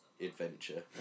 adventure